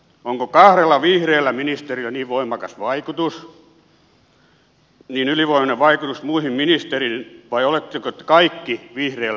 onko kahdella vihreällä ministerillä niin ylivoimainen vaikutus muihin ministereihin vai oletteko te kaikki vihreällä linjalla